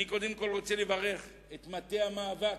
אני קודם כול רוצה לברך את מטה המאבק,